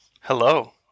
Hello